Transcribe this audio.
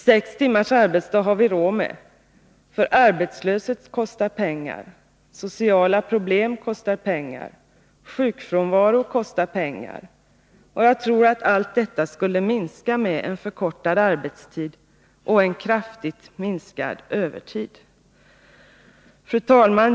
Sex timmars arbetsdag har vi råd med, för arbetslöshet kostar pengar, sociala problem kostar pengar och sjukfrånvaro kostar pengar. Jag tror att allt detta skulle minska med en förkortad arbetstid och en kraftig minskning av övertiden. Fru talman!